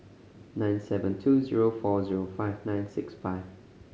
nine seven two zero four zero five nine six five